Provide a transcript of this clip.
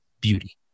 beauty